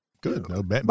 good